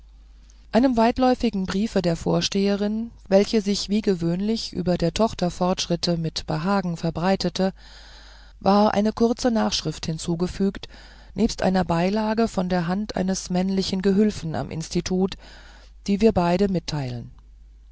einem weitläufigen briefe der vorsteherin welcher sich wie gewöhnlich über der tochter fortschritte mit behagen verbreitete war eine kurze nachschrift hinzugefügt nebst einer beilage von der hand eines männlichen gehülfen am institut die wir beide mitteilen